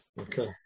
Okay